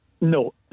No